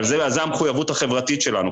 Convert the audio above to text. אבל זו המחויבות החברתית שלנו.